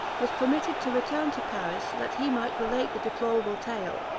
was permitted to return to paris, that he might relate the deplorable tale,